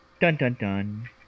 Dun-dun-dun